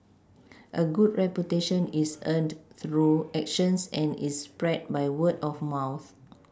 a good reputation is earned through actions and is spread by word of mouth